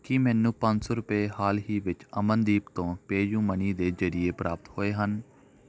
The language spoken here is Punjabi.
ਕੀ ਮੈਨੂੰ ਪੰਜ ਸੌ ਰੁਪਏ ਹਾਲ ਹੀ ਵਿੱਚ ਅਮਨਦੀਪ ਤੋਂ ਪੇ ਯੁ ਮਨੀ ਦੇ ਜ਼ਰੀਏ ਪ੍ਰਾਪਤ ਹੋਏ ਹਨ